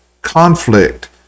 conflict